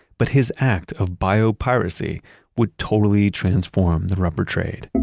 but his act of biopiracy would totally transform the rubber trade